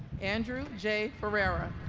andrew j. ferreira